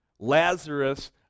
Lazarus